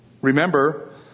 Remember